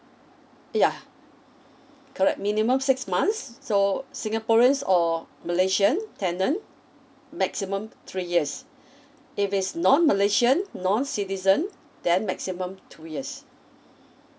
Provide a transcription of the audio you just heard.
yeah correct minimum six months so singaporeans or malaysian tenant maximum three years if it's non malaysian non citizen then maximum two years